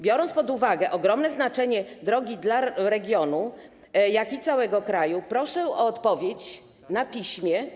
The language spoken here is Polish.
Biorąc pod uwagę ogromne znaczenie drogi dla regionu, jak i całego kraju, proszę o odpowiedź na piśmie.